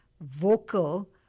vocal